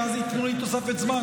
כי אז ייתנו לי תוספת זמן,